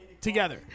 together